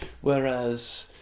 Whereas